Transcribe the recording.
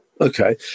Okay